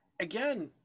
again